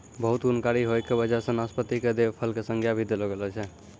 बहुत गुणकारी होय के वजह सॅ नाशपाती कॅ देव फल के संज्ञा भी देलो गेलो छै